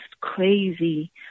crazy